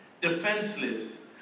defenseless